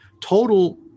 total